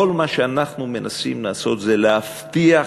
כל מה שאנחנו מנסים לעשות הוא להבטיח